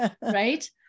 right